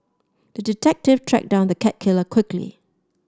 the detective tracked down the cat killer quickly